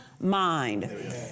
mind